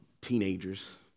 teenagers